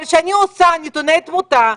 אבל כשאני עושה נתוני תמותה,